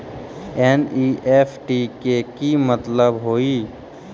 NEFT के कि मतलब होइ?